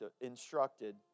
instructed